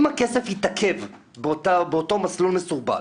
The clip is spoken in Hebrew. אם הכסף יתעכב באותו מסלול מסורבל,